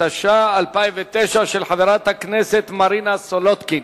התש"ע 2009, של חברת הכנסת מרינה סולודקין,